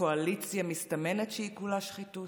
בקואליציה המסתמנת שהיא כולה שחיתות.